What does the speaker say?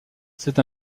c’est